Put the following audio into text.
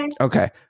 Okay